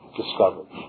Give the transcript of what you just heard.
discovered